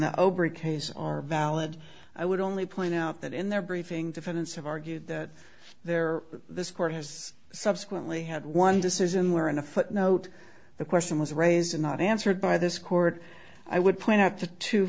case are valid i would only point out that in their briefing defendants have argued that there this court has subsequently had one decision where in a footnote the question was raised and not answered by this court i would point out the two